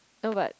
no but